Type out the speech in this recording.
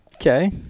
Okay